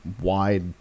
wide